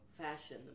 fashion